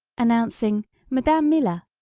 announcing madame mila!